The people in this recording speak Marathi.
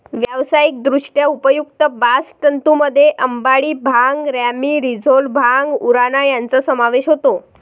व्यावसायिकदृष्ट्या उपयुक्त बास्ट तंतूंमध्ये अंबाडी, भांग, रॅमी, रोझेल, भांग, उराणा यांचा समावेश होतो